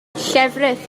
llefrith